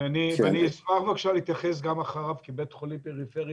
לצערי זה קורה בחורף גם ללא מגפה,